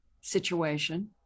situation